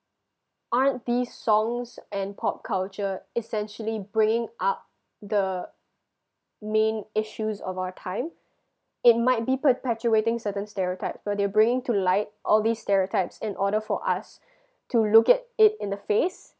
aren't these songs and pop culture essentially bringing up the main issues of our time it might be perpetuating certain stereotype but they bringing to light all these stereotypes in order for us to look at it in the face